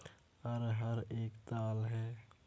अरहर एक दाल है